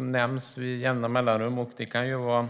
nämns med jämna mellanrum.